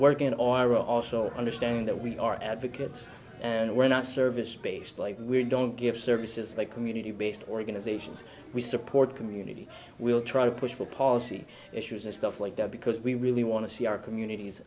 working on iraq so i understand that we are advocates and we're not service based like we don't give services like community based organizations we support community we'll try to push for policy issues and stuff like that because we really want to see our communities